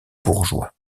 bourgeois